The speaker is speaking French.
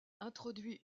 introduit